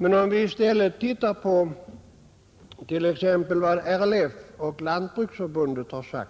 Men om vi i stället ser på vad RLF och Lantbruksförbundet anfört